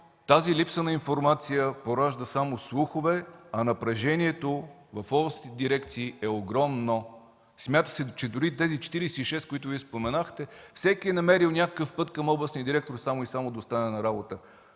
тази липса на информация поражда само слухове, а напрежението в областните дирекции е огромно. Смята се, че и тези 46 души, за които Вие споменахте, всеки е намерил някакъв път към областния директор само и само да остане на работа,